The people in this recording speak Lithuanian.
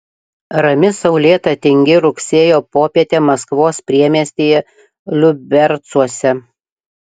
rami saulėta tingi rugsėjo popietė maskvos priemiestyje liubercuose